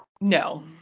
No